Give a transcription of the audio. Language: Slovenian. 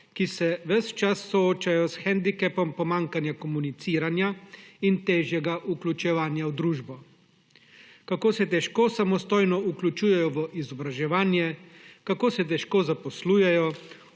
ki se ves čas soočajo s hendikepom pomanjkanja komuniciranja in težjega vključevanja v družbo, kako se težko samostojno vključujejo v izobraževanje, kako se težko zaposlujejo,